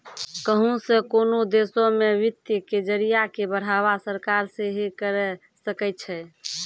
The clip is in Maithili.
कहुं से कोनो देशो मे वित्त के जरिया के बढ़ावा सरकार सेहे करे सकै छै